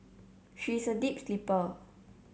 she is a deep sleeper